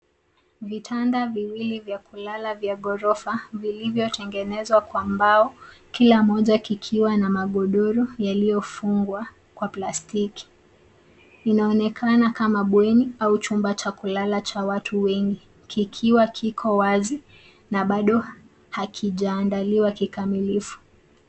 Vitanda viwili vya kulala vya gorofa vilivyotengenezwa kwa mbao, kila moja kikiwa na magodoro yaliyofungwa kwa plastiki. Inaonekana kama bweni au chumba cha kulala cha watu wengi, kikiwa kiko wazi na bado hakijaandaliwa kikamilifu.